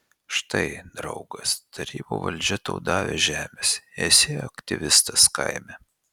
štai draugas tarybų valdžia tau davė žemės esi aktyvistas kaime